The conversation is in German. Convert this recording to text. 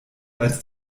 als